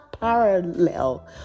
parallel